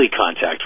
contact